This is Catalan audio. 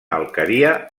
alqueria